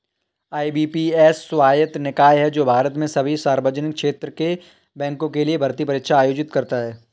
IBPS स्वायत्त निकाय है जो भारत में सभी सार्वजनिक क्षेत्र के बैंकों के लिए भर्ती परीक्षा आयोजित करता है